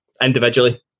individually